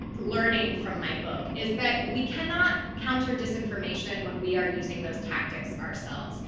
learning from my book is that we cannot counter disinformation when we are using those tactics ourselves.